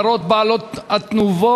את הפרות בעלות התנובה